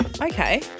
Okay